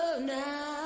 now